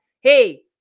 hey